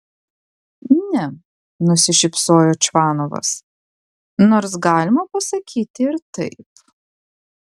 ne nusišypsojo čvanovas nors galima pasakyti ir taip